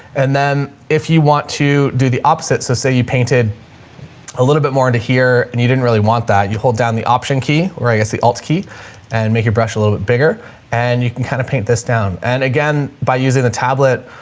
and then if you want to do the opposite, so say you painted a little bit more into here and you didn't really want that, you hold down the option key or i guess the alt key and make your brush a little bit bigger and you can kind of paint this down. and again, by using the tablet,